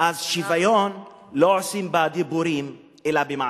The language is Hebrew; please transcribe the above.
אז שוויון לא עושים בדיבורים אלא במעשים.